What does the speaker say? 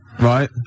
Right